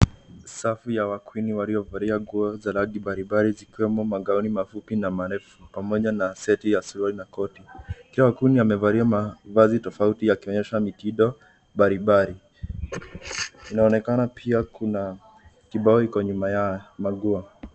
Safu ya wakiwini waliovalia nguo za rangi mbalimbali zikiwemo magauni mafupi na marefu pamoja na seti ya suruali na koti. Kila wakini amevalia mavazi tofauti akionyesha mitindo mbalimbali. Inaonekana pia kuna kibao iko nyuma ya manguo.